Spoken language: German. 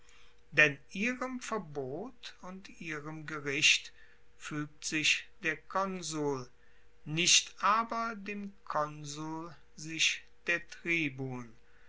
denn ihrem verbot und ihrem gericht fuegt sich der konsul nicht aber dem konsul sich der tribun